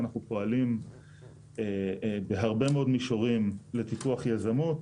אנחנו פועלים בהרבה מאוד מישורים לטיפוח יזמות,